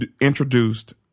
introduced